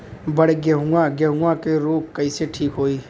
बड गेहूँवा गेहूँवा क रोग कईसे ठीक होई?